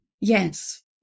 Yes